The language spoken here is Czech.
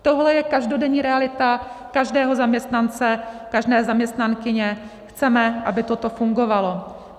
Tohle je každodenní realita každého zaměstnance, každé zaměstnankyně, chceme, aby toto fungovalo.